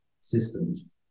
systems